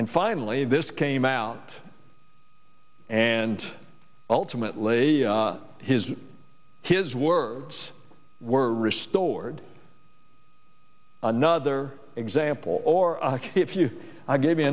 and finally this came out and ultimately his his words were restored another example or if you i gave